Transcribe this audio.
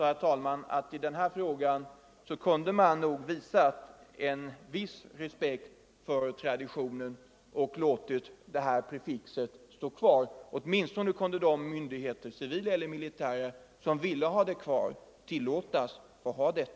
I den här frågan kunde man ha visat en viss respekt för traditionen och låtit prefixet stå kvar. Åtminstone kunde de myndigheter — civila eller militära — som vill ha det kvar tillåtas att behålla det.